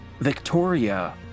Victoria